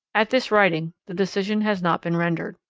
at this writing the decision has not been rendered.